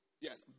Yes